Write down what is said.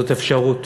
זאת אפשרות.